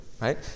right